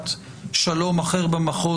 שלום,